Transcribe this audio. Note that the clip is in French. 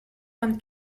vingt